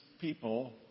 people